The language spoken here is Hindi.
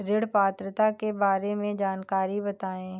ऋण पात्रता के बारे में जानकारी बताएँ?